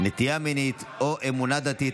נטייה מינית או אמונה דתית,